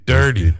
Dirty